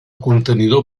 contenidor